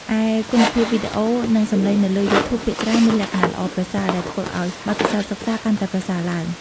ឯគុណភាពវីដេអូ និងសំឡេងនៅលើ យូធូប ភាគច្រើនមានលក្ខណៈល្អប្រសើរ ដែលធ្វើឲ្យបទពិសោធន៍សិក្សាកាន់តែប្រសើរឡើង។